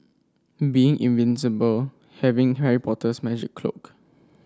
being invisible having Harry Potter's magic cloak